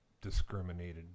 discriminated